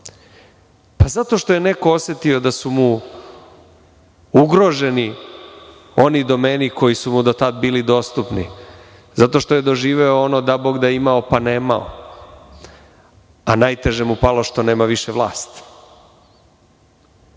Zato što je neko osetio da su mu ugroženi oni domeni koji su mu do tada bili dostupni. Zato što je doživeo ono – da Bog da imao, pa nemao, a najteže mu palo što nema više vlast. Moram